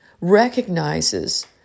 recognizes